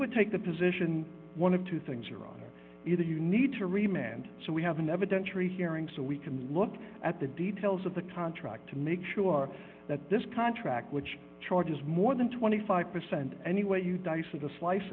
would take the position one of two things are either you need to re manned so we have an evidentiary hearing so we can look at the details of the contract to make sure that this contract which charges more than twenty five percent anyway you dice of the slice